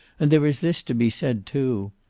and there is this to be said, too.